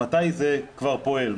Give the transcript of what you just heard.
מתי זה כבר פועל,